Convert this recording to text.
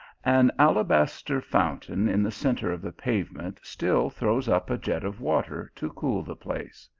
an alabaster fountain in the centre of the pavement still throws up a jet of water to cool the place.